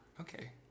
Okay